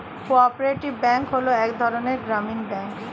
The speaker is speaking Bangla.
কো অপারেটিভ ব্যাঙ্ক হলো এক ধরনের গ্রামীণ ব্যাঙ্ক